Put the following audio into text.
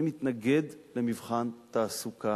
למבחן תעסוקה